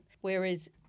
Whereas